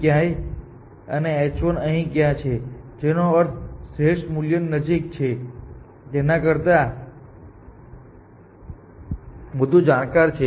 અમે અહીં જે કહી રહ્યા છીએ તે એ છે કે h2 અહીં ક્યાંક છે અને h1 અહીં ક્યાંક છે જેનો અર્થ શ્રેષ્ઠ મૂલ્યની નજીક છે તેના કરતા વધુ જાણકાર છે